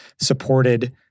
supported